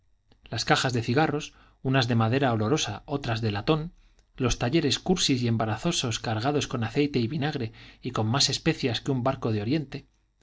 las cajas de cigarros unas de madera olorosa otras de latón los talleres cursis y embarazosos cargados con aceite y vinagre y con más especias que un barco de oriente